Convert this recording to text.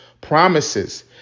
promises